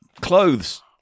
Clothes